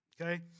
okay